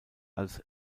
als